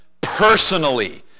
personally